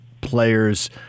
players